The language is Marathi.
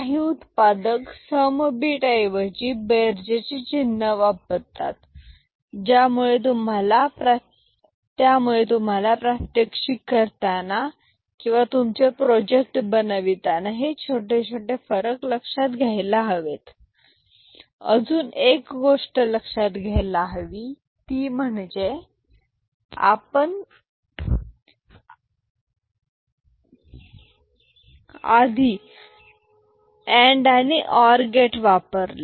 काही उत्पादक सम बीट ऐवजी बेरजेचे चिन्ह वापरतात त्यामुळे तुम्हाला प्रात्यक्षिक करताना किंवा तुमचे प्रोजेक्ट बनविताना हे छोटे छोटे फरक लक्षात घ्यायला हवेत अजून एक गोष्ट लक्षात घ्यायला हवी ती म्हणजे आपण आधी आणि ऑर गेट वापरले